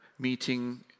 meeting